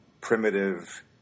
primitive